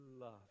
love